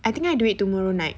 I think I do it tomorrow night